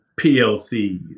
PLCs